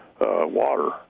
water